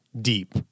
deep